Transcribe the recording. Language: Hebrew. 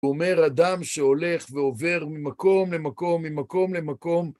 אומר אדם שהולך ועובר ממקום למקום, ממקום למקום.